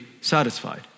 satisfied